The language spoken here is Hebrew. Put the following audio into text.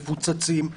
מפוצצים,